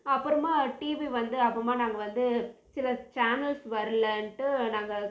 அப்புறமா டிவி வந்து அப்புறமா நாங்கள் வந்து சில சேனல்ஸ் வரலன்ட்டு நாங்கள்